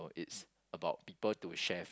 it's about people to share